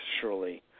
surely